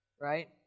right